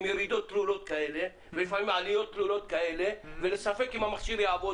עם ירידות תלולות ולפעמים עליות תלולות וספק אם המכשיר יעבוד